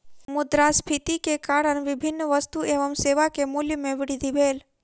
मुद्रास्फीति के कारण विभिन्न वस्तु एवं सेवा के मूल्य में वृद्धि भेल